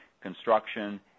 construction